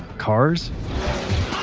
cars,